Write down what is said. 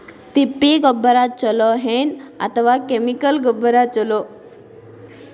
ತಿಪ್ಪಿ ಗೊಬ್ಬರ ಛಲೋ ಏನ್ ಅಥವಾ ಕೆಮಿಕಲ್ ಗೊಬ್ಬರ ಛಲೋ?